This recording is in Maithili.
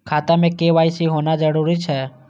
खाता में के.वाई.सी होना जरूरी छै?